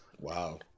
wow